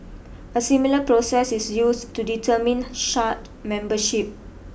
a similar process is used to determine shard membership